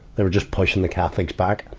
they were just pushing the catholics back.